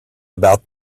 about